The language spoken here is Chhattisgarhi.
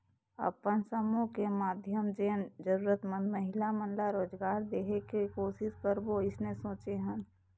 अपन समुह के माधियम जेन जरूरतमंद महिला मन ला रोजगार देहे के कोसिस करबो अइसने सोचे हन